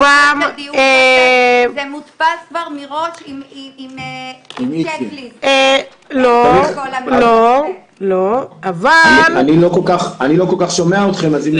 רובם --- זה מודפס כבר מראש עם --- אני לא כל כך שומע אתכם.